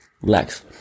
relax